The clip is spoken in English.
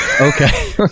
okay